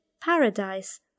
paradise